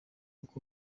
uko